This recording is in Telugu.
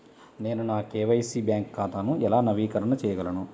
నేను నా కే.వై.సి బ్యాంక్ ఖాతాను ఎలా నవీకరణ చేయగలను?